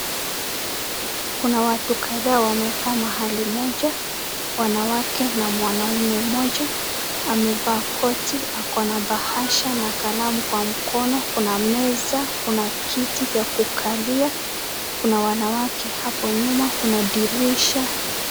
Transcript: Kuna watu kadhaa wamekaa mahali moja wanawake na mwanaume mmoja amevaa koti akona bahasha na kalamu kwa mkono. Kuna meza, kuna kiti ya kukalia, kuna wanawake hapo nyuma, kuna dirisha.